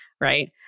right